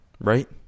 right